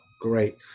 Great